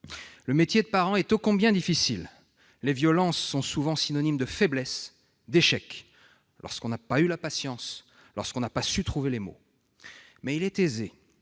Le métier de parents est ô combien difficile. Les violences sont souvent synonymes de faiblesse, d'échec. Elles interviennent lorsqu'on n'a pas eu la patience, lorsqu'on n'a pas su trouver les mots. Mais il est aisé,